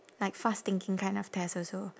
like fast thinking kind of test also